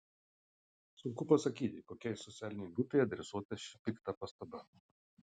sunku pasakyti kokiai socialinei grupei adresuota ši pikta pastaba